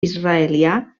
israelià